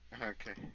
Okay